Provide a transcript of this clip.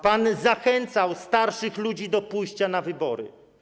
Pan zachęcał starszych ludzi do pójścia na wybory.